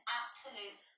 absolute